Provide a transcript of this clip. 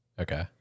Okay